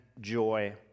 joy